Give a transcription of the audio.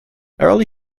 early